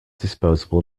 disposable